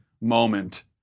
moment